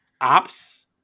ops